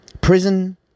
Prison